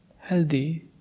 healthy